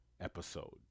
episode